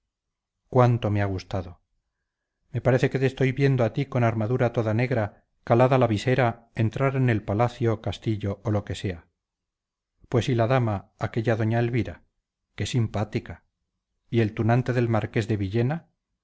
cuánto me a gustado me parece que te estoy viendo a ti con armadura toda negra calad a la visera entrar en el palacio castillo o lo que sea pues y la dama aquella doña elvira qué simpática y el tunante del marqués de villena